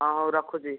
ହଁ ହଉ ରଖୁଛି